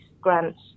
grants